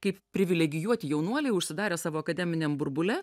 kaip privilegijuoti jaunuoliai užsidarę savo akademiniam burbule